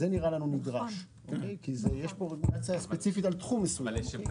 זה נראה לנו נדרש כי יש פה רגולציה ספציפית על תחום מסוים.